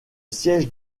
siège